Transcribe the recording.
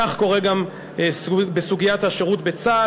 כך קורה גם בסוגיית השירות בצה"ל,